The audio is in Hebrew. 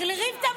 החריב את המשרד?